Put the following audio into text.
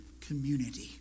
community